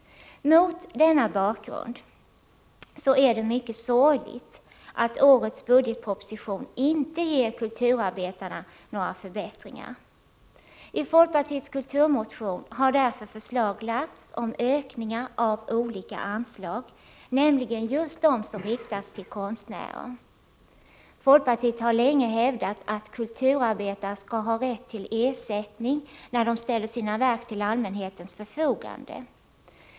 Mot denna bakgrund är det mycket sorgligt att årets budgetproposition inte ger kulturarbetarna några förbättringar. I folkpartiets kulturmotion har därför förslag lagts fram om ökningar av olika anslag — nämligen just dem som riktas till konstnärer. Folkpartiet har länge hävdat att kulturarbetare skall ha rätt till ersättning när de ställer sina verk till allmänhetens förfogande.